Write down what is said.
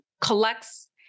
collects